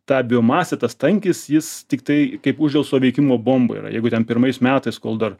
ta biomasė tas tankis jis tiktai kaip uždelsto veikimo bomba yra jeigu ten pirmais metais kol dar